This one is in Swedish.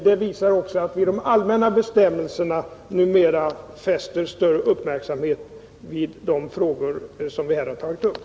Det framgår också att de allmänna bestämmelserna numera fäster större avseende vid de frågor som vi här har tagit upp.